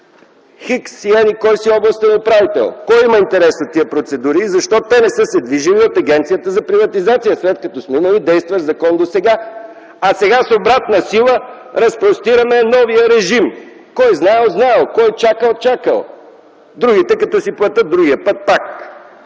„n”-ския областен управител”. Кой има интерес от тези процедури? Защо те не са се движили от Агенцията за приватизация, след като сме имали действащ закон досега? А сега с обратна сила разпростираме новия режим. Който знаел – знаел. Който чакал – чакал. Другите като си платят, другия път пак.